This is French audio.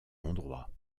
endroits